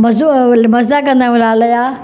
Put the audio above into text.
मज़ो मज़ो मज़ा कंदा आहियूं लाल जा